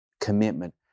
commitment